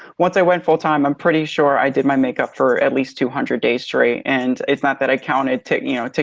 once i went full time i'm pretty sure i did my makeup for at least two hundred days straight. and it's not that i counted to you know,